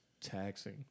taxing